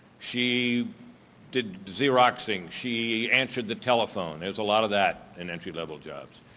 she did xeroxing, she answered the telephone, it was a lot of that in entry level jobs,